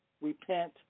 repent